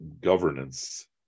governance